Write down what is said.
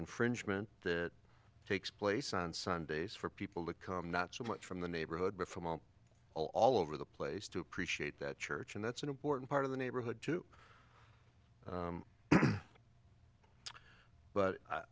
infringement that takes place on sundays for people to come not so much from the neighborhood but from all all all over the place to appreciate that church and that's an important part of the neighborhood too but